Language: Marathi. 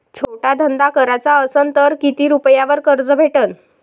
छोटा धंदा कराचा असन तर किती रुप्यावर कर्ज भेटन?